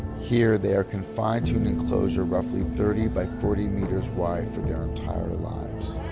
here, they are confined to an enclosure roughly thirty by forty metres wide for their entire lives.